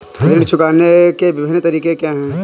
ऋण चुकाने के विभिन्न तरीके क्या हैं?